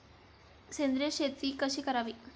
सेंद्रिय शेती कशी करावी?